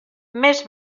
més